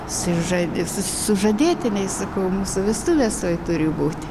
sužad sus sužadėtiniai sakau mūsų vestuvės tuoj turi būt